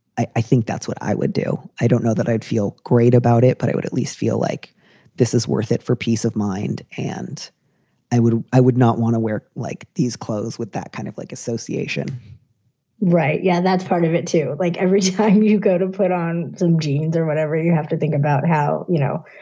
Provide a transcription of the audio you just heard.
i i think that's what i would do. i don't know that i'd feel great about it, but i would at least feel like this is worth it for peace of mind. and i would i would not want to wear, like, these clothes with that kind of, like, association right. yeah. that's part of it, too. like, every time you go to put on some jeans or whatever, you have to think about how, you know,